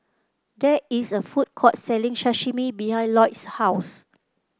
there is a food court selling Sashimi behind Lloyd's house